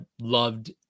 loved